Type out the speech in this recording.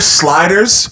sliders